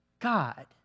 God